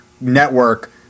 network